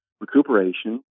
recuperation